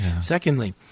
Secondly